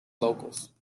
locals